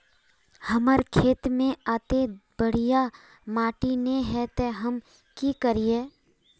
हमर खेत में अत्ते बढ़िया माटी ने है ते हम की करिए?